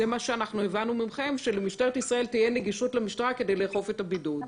הבנו מכם שלמשטרת ישראל תהיה נגישות לרשימה כדי לאכוף את הבידוד.